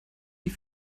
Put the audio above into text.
die